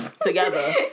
together